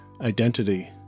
identity